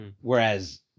Whereas